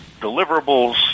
deliverables